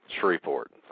Shreveport